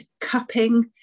cupping